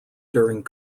during